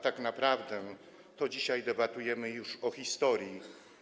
Tak naprawdę dzisiaj debatujemy już o historii.